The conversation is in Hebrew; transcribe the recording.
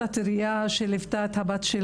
גם כאמא וגם כסבתא טרייה שליוותה את הבת